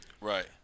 right